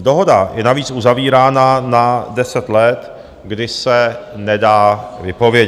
Dohoda je navíc uzavírána na deset let, kdy se nedá vypovědět.